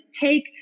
take